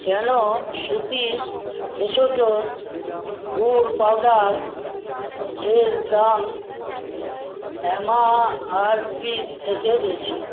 কেন শ্রুতিস ভেষজ গুড় পাউডারের দাম এম আর পি থেকে বেশি